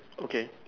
okay